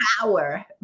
power